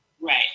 Right